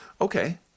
Okay